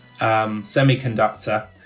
semiconductor